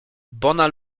bona